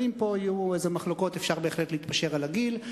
אם פה יהיו מחלוקות כלשהן אפשר בהחלט להתפשר על הגיל,